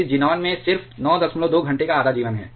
इस ज़ीनान में सिर्फ 92 घंटे का आधा जीवन है